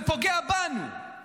זה פוגע בנו,